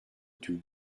tout